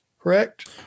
Correct